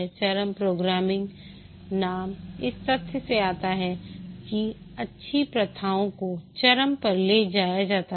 चरम प्रोग्रामिंग नाम इस तथ्य से आता है कि अच्छी प्रथाओं को चरम पर ले जाया जाता है